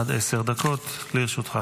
בבקשה, עד עשר דקות לרשותך.